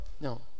No